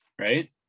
Right